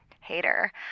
Hater